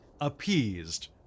appeased